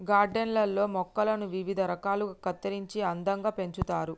garden లల్లో మొక్కలను వివిధ రకాలుగా కత్తిరించి అందంగా పెంచుతారు